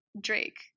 Drake